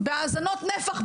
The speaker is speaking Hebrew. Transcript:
בהאזנות נפח,